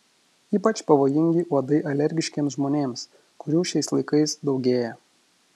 ypač pavojingi uodai alergiškiems žmonėms kurių šiais laikais daugėja